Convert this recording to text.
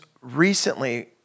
recently